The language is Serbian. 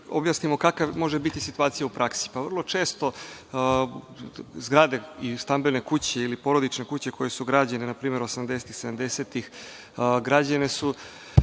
kakva može biti situacija u praksi. Vrlo često zgrade i stambene kuće ili porodične kuće koje su građene, na primer 80tih i 70tih, građene su